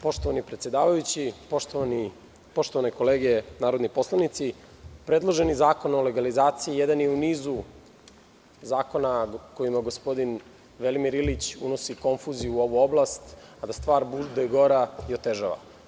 Poštovani predsedavajući, poštovane kolege narodni poslanici, predloženi zakon o legalizaciji jedan je u nizu zakona kojima gospodin Velimir Ilić unosi konfuziju u ovu oblast, da stvar bude gora i otežava.